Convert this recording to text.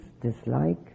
dislike